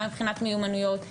גם מבחינת מיומנויות.